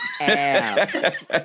abs